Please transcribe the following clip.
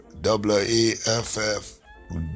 W-A-F-F